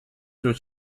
which